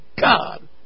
God